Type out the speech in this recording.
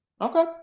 Okay